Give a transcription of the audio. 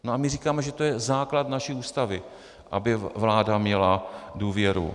No a my říkáme, že to je základ naší Ústavy, aby vláda měla důvěru.